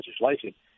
legislation –